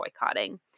boycotting